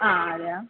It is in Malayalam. ആ അതെയാ